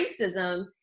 racism